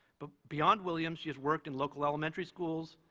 but beyond williams, she has worked in local elementary schools,